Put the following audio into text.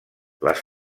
les